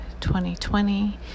2020